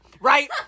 Right